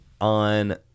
on